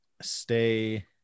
stay